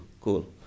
cool